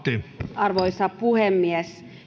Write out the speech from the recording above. arvoisa puhemies